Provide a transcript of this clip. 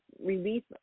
relief